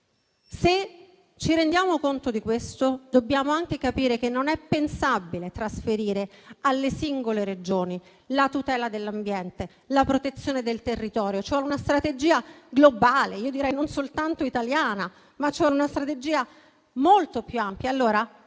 Se ci rendiamo conto di questo, dobbiamo anche capire che non è pensabile trasferire alle singole Regioni la tutela dell'ambiente e la protezione del territorio, cioè una strategia globale, non soltanto italiana, ma molto più ampia.